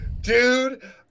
dude